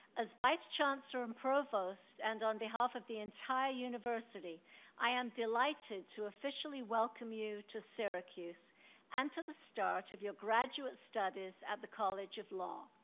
as vice chancellor and provost, and on behalf of the entire university i am delighted to officially welcome you to syracuse and to the start of your graduate studies at the college of law.